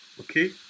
Okay